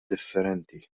differenti